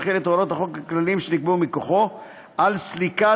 להחיל את הוראות החוק והכללים שנקבעו מכוחו על סליקת